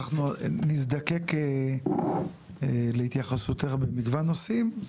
אנחנו נזדקק להתייחסותך במגוון נושאים,